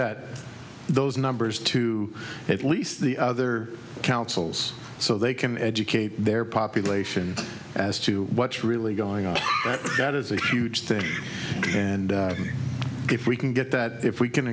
that those numbers to at least the other councils so they can educate their population as to what's really going on that is a huge thing and if we can get that if we can